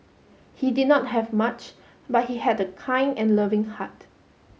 he did not have much but he had a kind and loving heart